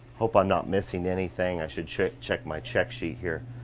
hope i'm not missing anything, i should check check my check sheet, here.